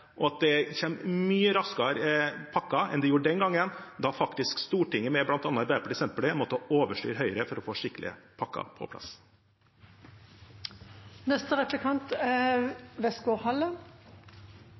og at det kommer pakker mye raskere enn det gjorde den gangen. Da måtte faktisk Stortinget, med bl.a. Arbeiderpartiet og Senterpartiet, overstyre Høyre for å få skikkelige pakker på plass.